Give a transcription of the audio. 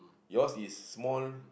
yours is small